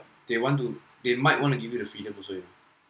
they want to they might want to give you the freedom also eh